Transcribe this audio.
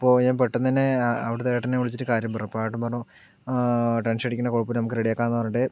അപ്പോൾ ഞാൻ പെട്ടെന്ന് തന്നെ അവിടുത്തെ ഏട്ടനെ വിളിച്ചിട്ട് കാര്യം പറഞ്ഞു അപ്പം ഏട്ടൻ പറഞ്ഞു ടെൻഷൻ അടിക്കണ്ട കുഴപ്പമില്ല നമുക്ക് റെഡി ആക്കാം എന്ന് പറഞ്ഞിട്ട്